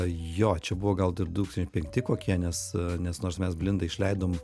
jo čia buvo gal dar du tūkstančiai penkti kokie nes nes nors mes blindą išleidom